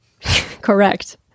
Correct